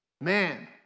Man